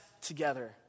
together